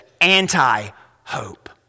anti-hope